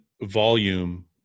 volume